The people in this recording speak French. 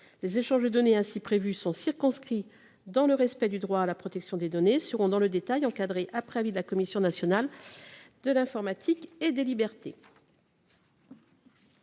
Les échanges de données ainsi prévus sont circonscrits dans le respect du droit à la protection des données et seront, dans le détail, encadrés après avis de la Commission nationale de l’informatique et des libertés